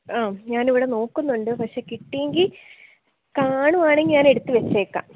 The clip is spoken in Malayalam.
ആ ഞാൻ ഇവിടെ നോക്കുന്നുണ്ട് പക്ഷേ കിട്ടിയെങ്കിൽ കാണുകയാണെങ്കിൽ ഞാൻ എടുത്തു വച്ചേക്കാം